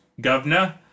governor